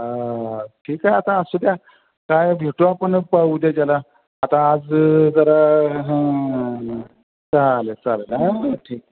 हां ठीक आहे आता असू द्या काय भेटू आपण प उद्याच्याला आता आज जरा हां चालेल चालेल हां ठीक